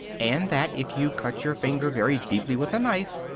and that, if you cut your finger very deeply with a knife,